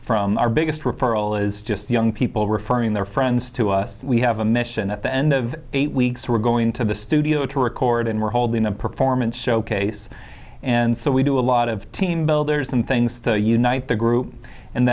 from our biggest referral is just young people referring their friends to us we have a mission at the end of eight weeks we're going to the studio to record and we're holding a performance showcase and so we do a lot of team builders and things to unite the group and